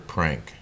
Prank